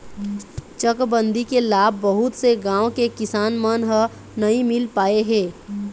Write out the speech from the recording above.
चकबंदी के लाभ बहुत से गाँव के किसान मन ल नइ मिल पाए हे